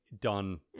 done